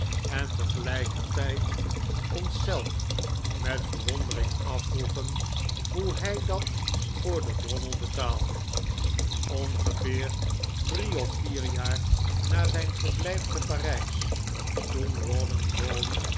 en tegelijkertijd onszelf met verwondering afvroegen hoe hij dat voor den drommel betaalde ongeveer drie of vier jaar na zijn verblijf te parijs toen